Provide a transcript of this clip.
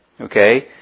Okay